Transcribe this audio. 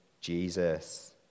Jesus